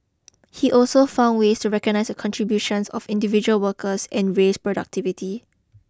he also found ways to recognise the contributions of individual workers and raise productivity